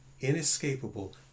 inescapable